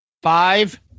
Five